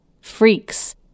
Freaks